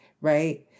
right